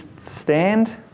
stand